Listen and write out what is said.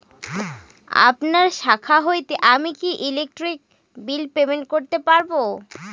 আপনার শাখা হইতে আমি কি ইলেকট্রিক বিল পেমেন্ট করতে পারব?